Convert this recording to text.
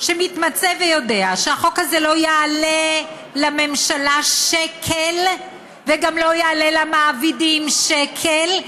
שמתמצא ויודע שהחוק הזה לא יעלה לממשלה שקל וגם לא יעלה למעבידים שקל,